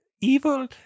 evil